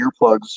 earplugs